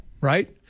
Right